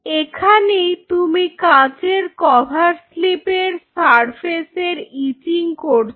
এইখানেই তুমি কাঁচের কভার স্লিপ এর সারফেসের ইচিং করছো